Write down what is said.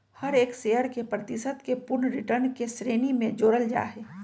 हर एक शेयर के प्रतिशत के पूर्ण रिटर्न के श्रेणी में जोडल जाहई